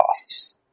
costs